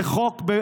זה חוק בהונגריה.